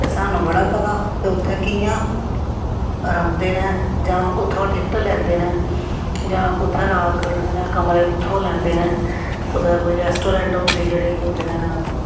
ते सानूं बड़ा पता कि उत्थै कि'यां रौंह्दे ना जां कुत्थुआं दा टिकट लैंदे ना जां कुत्थै रात कटदे न कमरे कुत्थुआं लैंदे न कुत्थै कोई रेट्रोरेंट होंदे जेह्ड़े कि होंदे ना